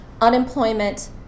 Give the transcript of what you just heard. unemployment